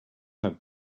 have